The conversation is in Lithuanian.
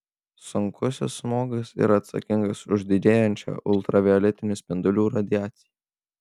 sunkusis smogas yra atsakingas už didėjančią ultravioletinių spindulių radiaciją